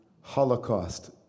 Holocaust